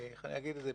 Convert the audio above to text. איך אני אגיד את זה?